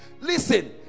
Listen